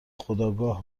خودآگاه